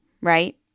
right